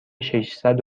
ششصد